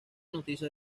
noticias